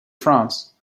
france